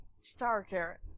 starter